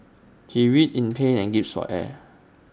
he writhed in pain and gasped for air